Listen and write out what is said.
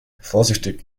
vorsichtig